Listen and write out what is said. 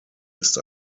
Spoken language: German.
ist